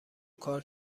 کار